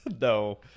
No